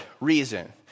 reason